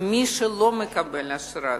מי שלא מקבל אשרה,